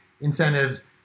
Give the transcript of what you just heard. incentives